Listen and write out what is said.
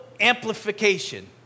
amplification